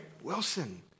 Wilson